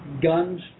guns